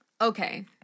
Okay